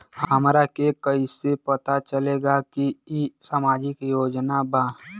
हमरा के कइसे पता चलेगा की इ सामाजिक योजना बा?